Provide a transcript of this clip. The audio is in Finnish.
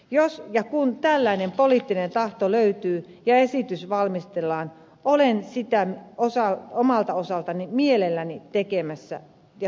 jos ja kun tällainen poliittinen tahto löytyy ja esitys valmistellaan olen sitä omalta osaltani mielelläni tekemässä ja tukemassa